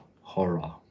horror